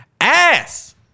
ass